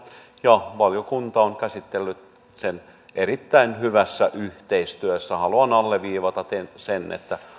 ja valiokunta on käsitellyt sen erittäin hyvässä yhteistyössä haluan alleviivata että